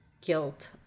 guilt